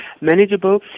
manageable